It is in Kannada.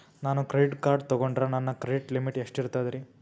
ನಾನು ಕ್ರೆಡಿಟ್ ಕಾರ್ಡ್ ತೊಗೊಂಡ್ರ ನನ್ನ ಕ್ರೆಡಿಟ್ ಲಿಮಿಟ್ ಎಷ್ಟ ಇರ್ತದ್ರಿ?